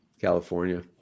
California